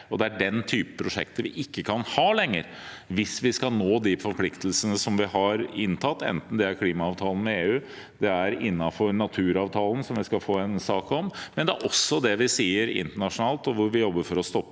Dette er den typen prosjekter vi ikke kan ha lenger, hvis vi skal nå de forpliktelsene vi har tatt inn, enten det gjelder klimaavtalen med EU eller innenfor naturavtalen, som vi skal få en sak om. Det er også det vi sier internasjonalt, hvor vi jobber for å stoppe